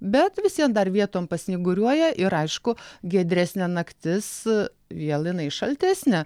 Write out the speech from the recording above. bet vis vien dar vietom pasnyguriuoja ir aišku giedresnė naktis vėl jinai šaltesnė